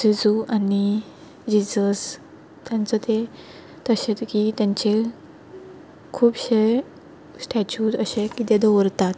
जेझू आनी जेजस तांचे ते तशें ते तांचे खूबशे स्टेचू अशे कितें दवरतात